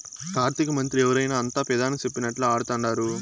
ఆర్థికమంత్రి ఎవరైనా అంతా పెదాని సెప్పినట్లా ఆడతండారు